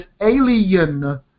alien